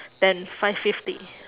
than five fifty